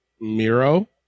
Miro